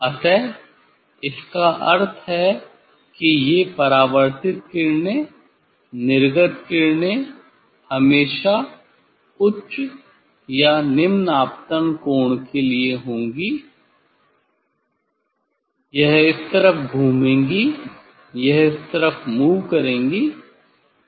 अतः इसका अर्थ है कि ये परावर्तित किरणें निर्गत किरणें हमेशा उच्च या निम्न आपतन कोण के लिए होंगी यह इस तरफ घूमेंगी यह इस तरफ मूव करेंगी